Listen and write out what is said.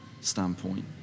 standpoint